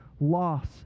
loss